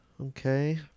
Okay